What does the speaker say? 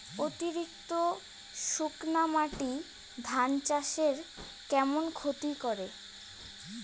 অতিরিক্ত শুকনা মাটি ধান চাষের কেমন ক্ষতি করে?